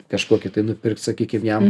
kažkokį tai nupirkt sakykim jam